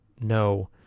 no